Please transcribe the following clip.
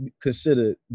consider